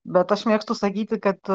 bet aš mėgstu sakyti kad